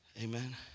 amen